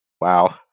Wow